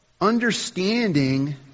understanding